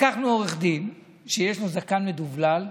לקחנו עורך דין שיש לו זקן מדובלל כזה,